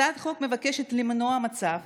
הצעת החוק מבקשת למנוע מצב